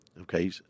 Okay